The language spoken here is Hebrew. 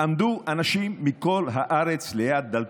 עמדו אנשים מכל הארץ ליד דלתו,